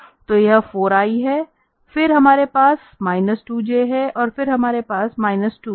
तो यह 4i है फिर हमारे पास माइनस 2j है और फिर हमारे पास माइनस 2k